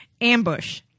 Ambush